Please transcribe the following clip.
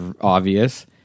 obvious